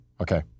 okay